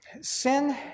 Sin